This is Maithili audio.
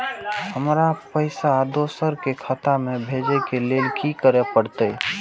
हमरा पैसा दोसर के खाता में भेजे के लेल की करे परते?